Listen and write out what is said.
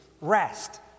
rest